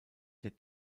der